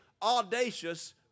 audacious